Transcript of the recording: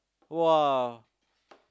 !wah!